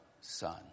Son